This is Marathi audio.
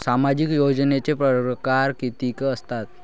सामाजिक योजनेचे परकार कितीक असतात?